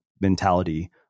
mentality